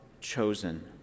chosen